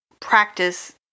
practice